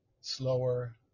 slower